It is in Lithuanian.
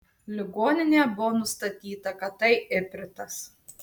ligoninėje buvo nustatyta kad tai ipritas